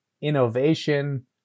innovation